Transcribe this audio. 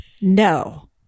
No